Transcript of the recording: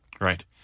Right